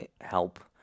help